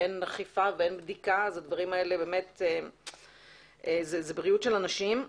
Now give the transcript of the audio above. אין אכיפה ואין בדיקה זה בריאות של אנשים.